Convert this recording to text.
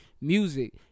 Music